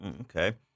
Okay